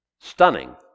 Stunning